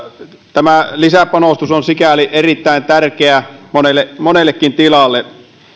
tämä lisäpanostus on sikäli erittäin tärkeä monellekin tilalle